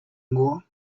more